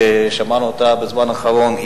ששמענו אותה בזמן האחרון,